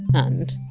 and.